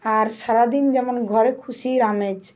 আর সারাদিন যেমন ঘরে খুশির আমেজ